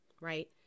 right